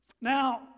Now